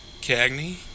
Cagney